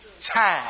time